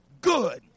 good